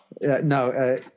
No